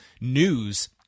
news